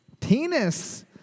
Penis